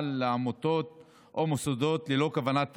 לעמותות או למוסדות ללא כוונת רווח,